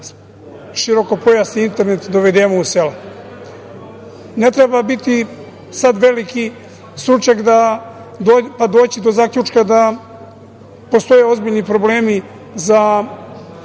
široko pojasni internet dovedemo u sela. Ne treba biti sad veliki stručnjak, pa doći do zaključka da postoje ozbiljni problemi za